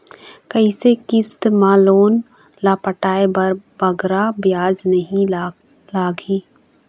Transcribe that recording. कइसे किस्त मा लोन ला पटाए बर बगरा ब्याज नहीं लगही?